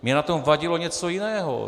Mně na tom vadilo něco jiného.